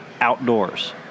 outdoors